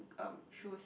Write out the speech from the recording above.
um shoes